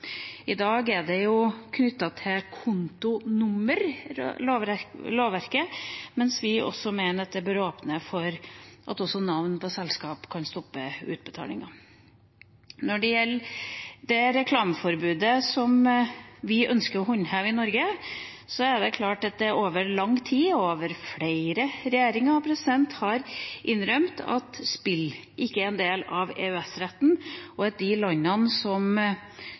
kontonummer, men vi mener det bør åpnes for at også navn på selskap kan stoppe utbetalinger. Når det gjelder det reklameforbudet som vi ønsker å håndheve i Norge, er det klart at man over lang tid, flere regjeringer, har innrømt at spill ikke er en del av EØS-retten, og at med tanke på de landene som